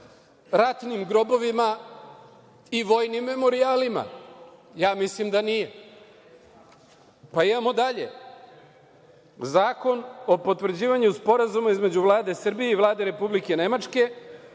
ratnim grobovima i vojnim memorijalima? Ja mislim da nije. Imamo dalje, Zakon o potvrđivanju Sporazuma između Vlade Srbije i Vlade Republike Nemačke